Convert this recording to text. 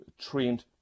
trend